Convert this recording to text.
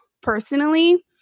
personally